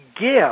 give